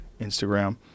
instagram